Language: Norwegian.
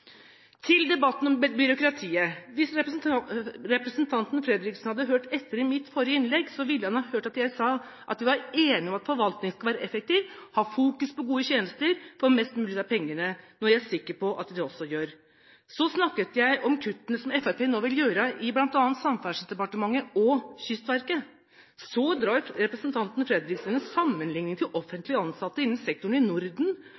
Til debatten om byråkrati: Hvis representanten Fredriksen hadde hørt etter da jeg holdt mitt forrige innlegg, ville han ha hørt at jeg sa det var enighet om at forvaltningen skulle være effektiv, ha fokus på gode tjenester og få mest mulig ut av pengene, noe jeg er sikker på at de også gjør. Så snakket jeg om kuttene som Fremskrittspartiet nå vil gjøre i bl.a. Samferdselsdepartementet og i Kystverket. Så drar representanten Fredriksen en sammenligning med offentlig ansatte innenfor sektoren i Norden